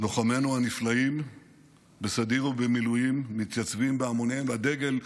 לוחמינו הנפלאים בסדיר ובמילואים מתייצבים בהמוניהם לדגל.